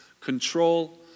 control